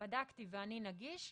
בדקתי ואני נגיש,